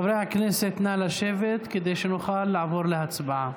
חברי הכנסת, נא לשבת כדי שנוכל לעבור להצבעה.